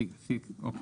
גם